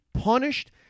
punished